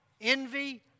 envy